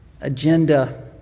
agenda